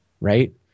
right